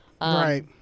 Right